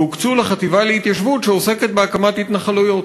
והוקצו לחטיבה להתיישבות שעוסקת בהקמת התנחלויות.